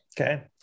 okay